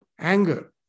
anger